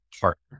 partner